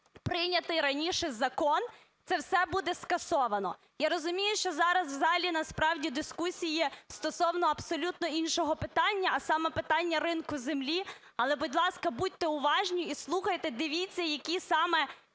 прийнятий раніше закон, це все буде скасовано. Я розумію, що зараз в залі насправді дискусії стосовно абсолютно іншого питання, а саме питання ринку землі. Але, будь ласка, будьте уважні і слухайте, дивіться, які саме